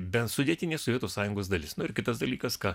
bent sudėtinė sovietų sąjungos dalis nu ir kitas dalykas ką